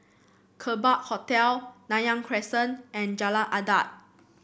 Kerbau Hotel Nanyang Crescent and Jalan Adat